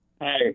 Hi